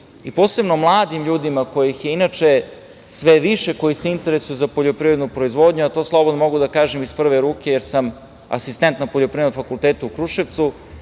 i posebno mladim ljudima, kojih je inače sve više koji se interesuju za poljoprivrednu proizvodnju, a to slobodno mogu da kažem iz prve ruke, jer sam asistent na Poljoprivrednom fakultetu u Kruševcu,